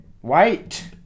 white